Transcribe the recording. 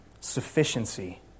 sufficiency